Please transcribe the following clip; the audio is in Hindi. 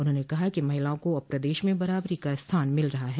उन्होंने कहा कि महिलाओं को अब प्रदेश में बराबरी का स्थान मिल रहा है